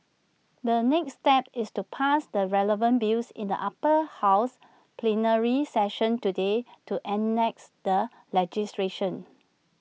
the next step is to pass the relevant bills in the Upper House plenary session today to enacts the legislation